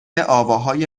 آواهای